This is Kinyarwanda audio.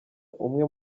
umwe